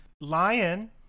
lion